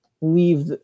leave